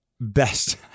best